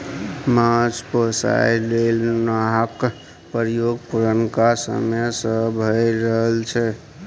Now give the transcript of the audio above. माछ पोसय लेल नाहक प्रयोग पुरनका समय सँ भए रहल छै